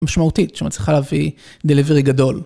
משמעותית שמצליחה להביא delivery גדול.